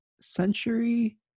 century